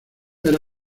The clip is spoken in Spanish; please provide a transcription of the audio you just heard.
era